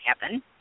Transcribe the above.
happen